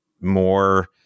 more